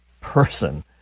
person